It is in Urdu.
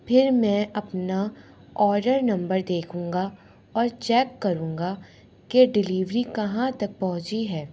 پھر میں اپنا آڈر نمبر دیکھوں گا اور چیک کروں گا کہ ڈلیوری کہاں تک پہنچی ہے